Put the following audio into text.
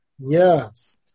Yes